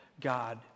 God